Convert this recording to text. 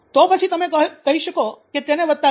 તો પછી તમે કહી શકો કે તેને વત્તા બે